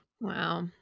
Wow